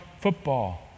football